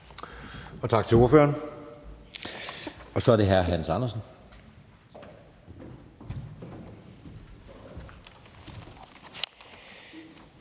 Tak til ordføreren. Så er det hr. Hans Andersen.